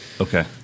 Okay